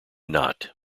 not